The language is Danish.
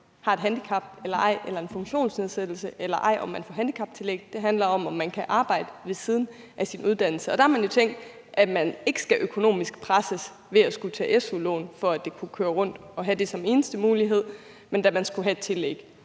har et handicap eller ej, om man har en funktionsnedsættelse eller ej, når man får handicaptillæg. Det handler om, om man kan arbejde ved siden af sin uddannelse, og der er der jo tænkt, at man ikke skulle presses økonomisk, ved at man skal tage su-lån, for at det kan køre rundt, og have det som eneste mulighed, men at man skulle have et tillæg.